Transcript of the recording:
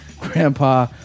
grandpa